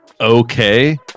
okay